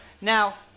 Now